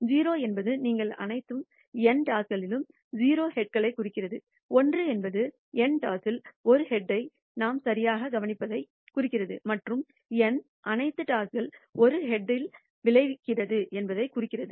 0 என்பது நீங்கள் அனைத்து n டாஸ்களிலும் 0 ஹெட்களை குறிக்கிறது 1 என்பது n டாஸில் 1 ஹெட்ஐ நாம் சரியாக கவனிப்பதைக் குறிக்கிறது மற்றும் n அனைத்து டாஸ்கள் ஒரு ஹெட்யில் விளைகிறது என்பதைக் குறிக்கிறது